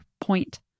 point